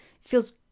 feels